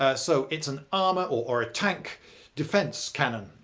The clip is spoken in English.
ah so it's an armour or a tank defence cannon.